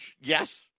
Yes